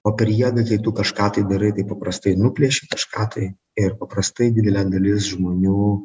o per jėgą kai tu kažką tai darai tai paprastai nuplėši kažką tai ir paprastai didelė dalis žmonių